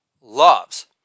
loves